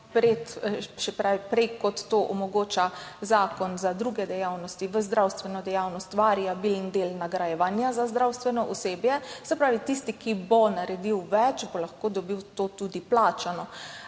prej, kot to omogoča zakon za druge dejavnosti, v zdravstveni dejavnosti variabilen del nagrajevanja za zdravstveno osebje. Se pravi, tisti, ki bo naredil več, bo to lahko dobil tudi plačano.